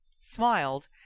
smiled